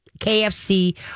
KFC